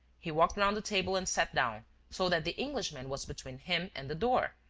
he walked round the table and sat down so that the englishman was between him and the door,